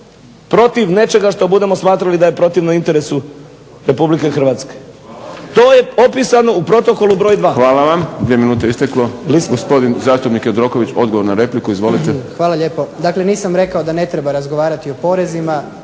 protiv nečega što budemo smatrali da je protivno interesu Republike Hrvatske. To je opisano u protokolu broj dva. **Šprem, Boris (SDP)** Hvala vam. Dvije minute je isteklo. Gospodin zastupnik Jandroković odgovor na repliku. Izvolite. **Jandroković, Gordan (HDZ)** Dakle, ja nisam rekao da ne treba razgovarati o porezima.